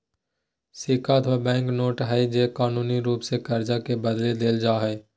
सिक्का अथवा bank note हइ जे कानूनी रूप से कर्ज के बदले देल जा हइ